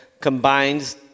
combines